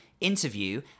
Interview